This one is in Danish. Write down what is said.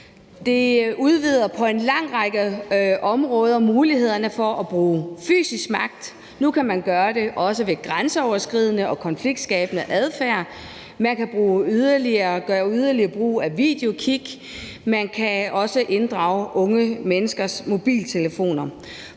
Det udvider på en lang række områder mulighederne for at bruge fysisk magt; nu kan man gøre det også ved grænseoverskridende og konfliktskabende adfærd. Man kan yderligere gøre brug af videokig, og man kan også inddrage unge menneskers mobiltelefoner.